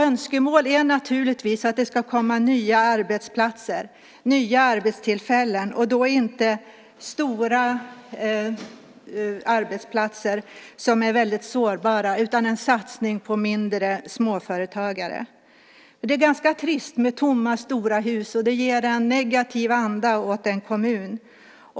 Önskemål är naturligtvis att det ska komma nya arbetstillfällen, och då inte stora arbetsplatser som är väldigt sårbara utan en satsning på mindre småföretagare. Det är ganska trist med stora tomma hus. Det ger en negativ anda åt en kommun.